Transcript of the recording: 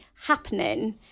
happening